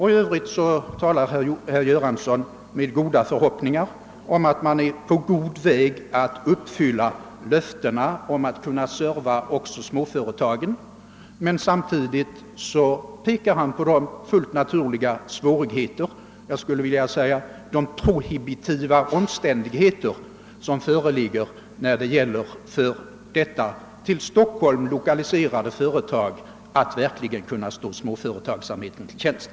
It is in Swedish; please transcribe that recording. I övrigt talar herr Göransson förhoppningsfullt om att man är på god väg att uppfylla löftena om att kunna »serva» också småföretagen. Men samtidigt pekar han själv på de fullt naturliga svårigheter — jag skulle vilja säga de prohibitiva omständigheter — som föreligger när det gäller för detta till Stockholm lokaliserade företag att verkligen kunna stå småföretagen till tjänst.